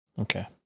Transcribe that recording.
Okay